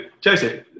Joseph